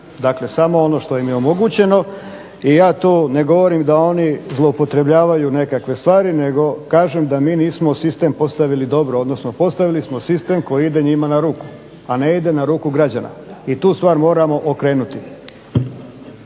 dakle samo ono što im je omogućeno i ja to ne govorim da oni zloupotrebljavaju nekakve stvari nego kažem da mi nismo sistem postavili dobro, odnosno postavili smo sistem koji ide njima na ruku, a ne ide na ruku građana i tu stvar moramo okrenuti.